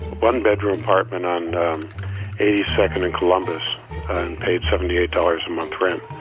one bedroom apartment on eighty seven and columbus paid seventy eight dollars a month rent